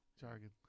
Jargon